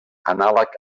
anàleg